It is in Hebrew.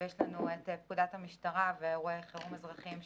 ויש את פקודת המשטרה ואירועי חירום אזרחיים,